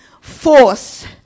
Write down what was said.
force